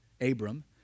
Abram